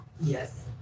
Yes